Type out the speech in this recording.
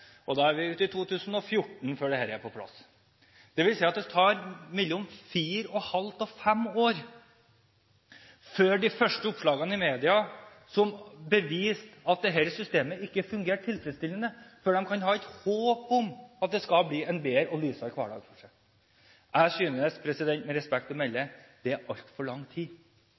og da er vi i 2014 før dette er på plass. Det vil si at det tar mellom fire og et halvt og fem år fra de første oppslagene i media, som beviste at dette systemet ikke fungerer tilfredsstillende, til en kan ha et håp om at en skal få en bedre og lysere hverdag. Jeg synes med respekt å melde at det er altfor lang tid